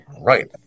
right